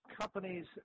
companies